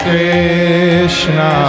Krishna